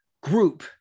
group